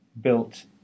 built